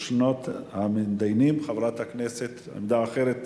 ראשונת המציעים עמדה אחרת,